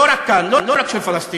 לא רק כאן, לא רק של פלסטינים,